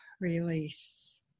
Release